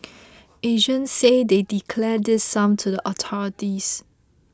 agents say they declare this sum to the authorities